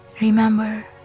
Remember